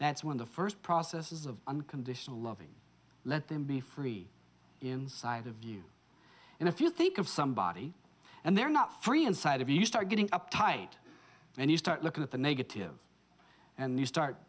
that's when the first process is of unconditional loving let them be free inside of you and if you think of somebody and they're not free inside if you start getting uptight and you start looking at the negative and you start